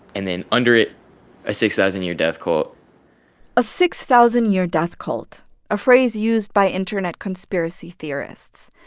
and then under it a six thousand year death cult a six thousand year death cult a phrase used by internet conspiracy theorists.